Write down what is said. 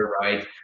right